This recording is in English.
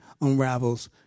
unravels